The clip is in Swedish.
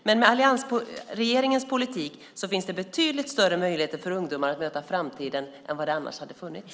Men med alliansregeringens politik finns det betydligt större möjligheter för ungdomar att möta framtiden än det annars hade funnits.